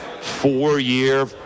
four-year